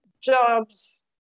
jobs